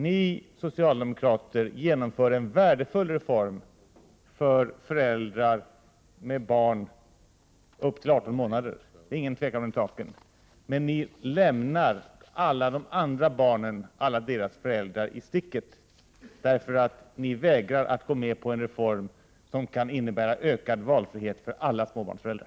Ni socialdemokrater genomför en värdefull reform för föräldrar med barn upp till 18 månader, det är ingen tvekan om den saken, men ni lämnar alla de andra barnen och deras föräldrar i sticket, därför att ni vägrar att gå med på en reform som kan innebära ökad valfrihet för alla småbarnsföräldrar.